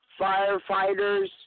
firefighters